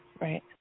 Right